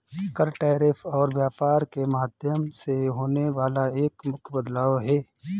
कर, टैरिफ और व्यापार के माध्यम में होने वाला एक मुख्य बदलाव हे